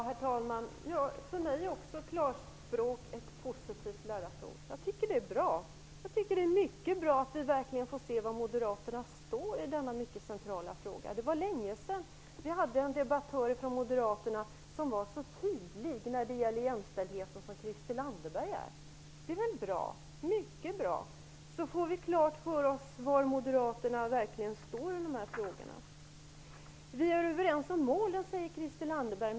Herr talman! Också jag tycker att klarspråk är ett positivt laddat ord. Jag tycker att det är mycket bra att vi verkligen får se var Moderaterna står i denna mycket centrala fråga. Det är länge sedan en moderat debattör var så tydlig när det gäller jämställdheten som Christel Anderberg är. Det är mycket bra. Nu får vi klart för oss var Moderaterna verkligen står i dessa frågor. Vi är överens om målen men inte om medlen, säger Christel Anderberg.